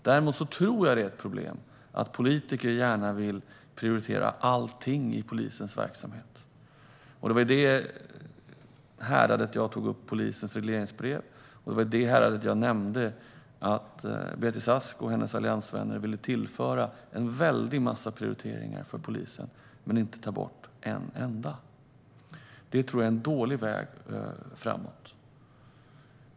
Däremot tror jag att det är ett problem att politiker gärna vill prioritera allting i polisens verksamhet. Det var i det häradet jag tog upp polisens regleringsbrev, och det var i det häradet jag nämnde att Beatrice Ask och hennes alliansvänner vill tillföra en väldig massa prioriteringar till polisen utan att ta bort en enda. Det tror jag är en dålig väg framåt.